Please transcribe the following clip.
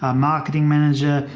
ah marketing manager.